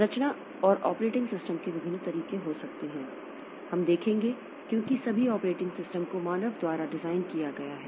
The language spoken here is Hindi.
संरचना और ऑपरेटिंग सिस्टम के विभिन्न तरीके हो सकते हैं हम देखेंगे क्योंकि सभी ऑपरेटिंग सिस्टम को मानव द्वारा डिज़ाइन किया गया है